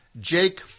Jake